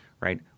right